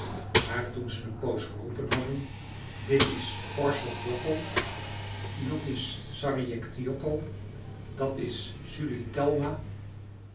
maar toen ze een poos geroepen hadden dit is porsotjokko dat is sarjektjokko dat is